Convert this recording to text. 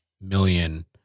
million